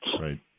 Right